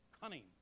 cunning